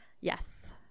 Yes